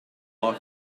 park